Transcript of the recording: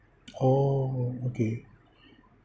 oh okay